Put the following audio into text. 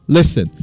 Listen